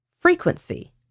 frequency